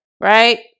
right